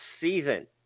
season